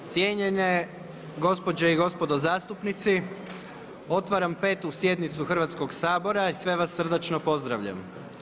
Cijenjene gospođe i gospodo zastupnici, otvaram 5. sjednicu Hrvatskog sabora i sve vas srdačno pozdravljam.